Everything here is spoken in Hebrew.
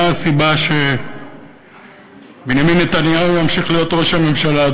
מה הסיבה שבנימין נתניהו ימשיך להיות ראש הממשלה,